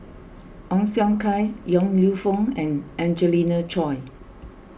Ong Siong Kai Yong Lew Foong and Angelina Choy